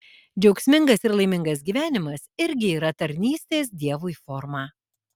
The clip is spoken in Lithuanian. džiaugsmingas ir laimingas gyvenimas irgi yra tarnystės dievui forma